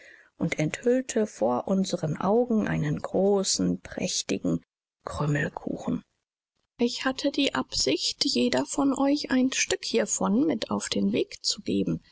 und enthüllte vor unseren augen einen großen prächtigen krümelkuchen ich hatte die absicht jeder von euch ein stück hiervon mit auf den weg zu geben